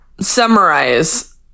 summarize